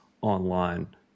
online